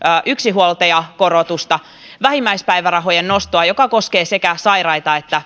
yksinhuoltajakorotusta ja vähimmäispäivärahojen nostoa joka koskee sekä sairaita että